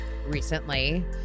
Recently